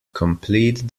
complete